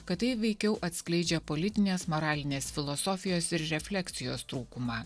kad tai veikiau atskleidžia politinės moralinės filosofijos ir refleksijos trūkumą